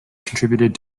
contributed